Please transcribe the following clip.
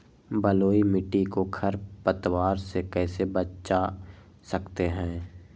बलुई मिट्टी को खर पतवार से कैसे बच्चा सकते हैँ?